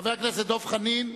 חבר הכנסת דב חנין,